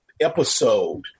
episode